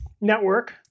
network